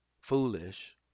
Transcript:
foolish